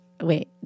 Wait